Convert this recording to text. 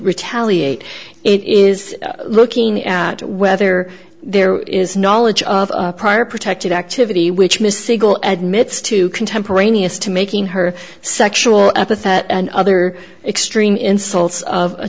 retaliate it is looking at whether there is knowledge of prior protected activity which miscible at mit's to contemporaneous to making her sexual epithet and other extreme insults of a